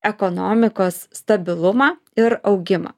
ekonomikos stabilumą ir augimą